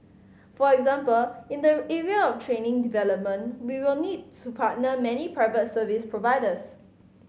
for example in the area of training development we will need to partner many private service providers